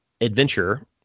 adventure